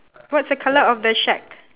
what's the colour of the shack